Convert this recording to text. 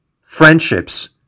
friendships